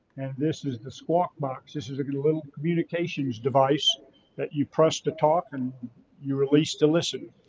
this is the squawk box. this is a good little communications device that you pressed the talk and you released to listen.